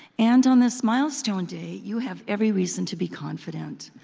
and on this milestone day, you have every reason to be confident.